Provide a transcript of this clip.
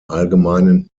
allgemeinen